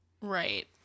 Right